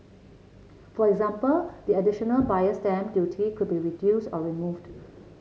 for example the additional Buyer's Stamp Duty could be reduced or removed